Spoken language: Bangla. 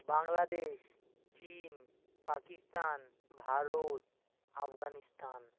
বাংলাদেশ চীন পাকিস্তান ভারত আফগানিস্তান